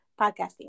podcasting